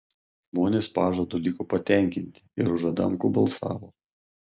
žmonės pažadu liko patenkinti ir už adamkų balsavo